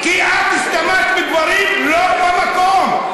כי את השתמשת בדברים לא במקום.